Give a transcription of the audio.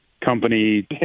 company